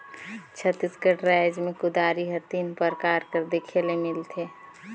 छत्तीसगढ़ राएज मे कुदारी हर तीन परकार कर देखे ले मिलथे